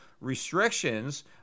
restrictions